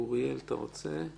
אוריאל, אתה רוצה?